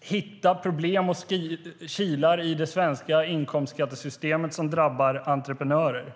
hitta problem och kilar i det svenska inkomstskattesystemet som drabbar entreprenörer.